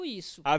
isso